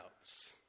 outs